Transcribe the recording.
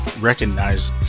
recognize